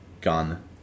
gun